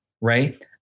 right